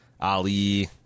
Ali